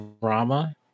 drama